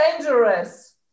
dangerous